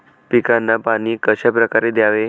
पिकांना पाणी कशाप्रकारे द्यावे?